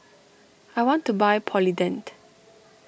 I want to buy Polident